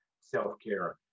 self-care